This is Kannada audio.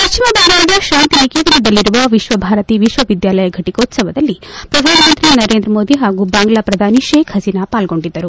ಪಶ್ಚಿಮ ಬಂಗಾಳದ ಶಾಂತಿನಿಕೇತನದಲ್ಲಿರುವ ವಿಶ್ವಭಾರತಿ ವಿಶ್ವ ವಿದ್ವಾಲಯ ಘಟಿಕೋತ್ಸವದಲ್ಲಿ ಪ್ರಧಾನಮಂತ್ರಿ ನರೇಂದ್ರ ಮೋದಿ ಹಾಗೂ ಬಾಂಗ್ಲಾ ಪ್ರಧಾನಿ ಷೇಕ್ ಹಬೀನಾ ಪಾಲ್ಗೊಂಡಿದ್ದರು